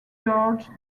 gorges